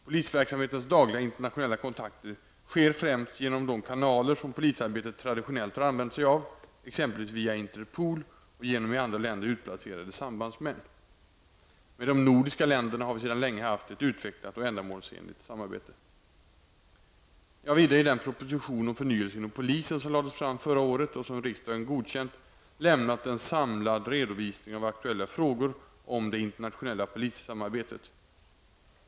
Polisverksamhetens dagliga internationella kontakter sker främst genom de kanaler som polisarbetet traditionellt har använt sig av, exempelvis via Interpol och genom i andra länder utplacerade sambandsmän. Med de nordiska länderna har vi sedan länge haft ett utvecklat och ändamålsenligt samarbete. Jag har vidare i den proposition om förnyelse inom polisen som lades fram förra våren och som riksdagen godkänt lämnat en samlad redovisning av aktuella frågor om det internationella polissamarbetet.